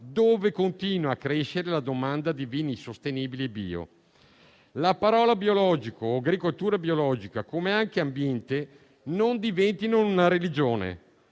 dove continua a crescere la domanda di vini sostenibili bio». Le parole biologico, agricoltura biologica e ambiente non diventino una religione;